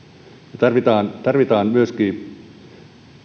tarvitaan myöskin